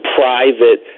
private